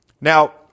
Now